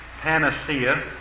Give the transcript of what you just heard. panacea